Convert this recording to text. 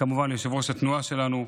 וכמובן ליושב-ראש התנועה שלנו,